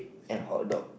and hot dog